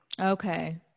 okay